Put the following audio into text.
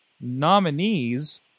nominees